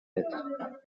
lettres